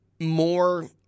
more